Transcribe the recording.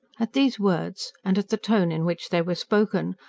at these words, and at the tone in which they were spoken,